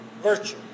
Virtue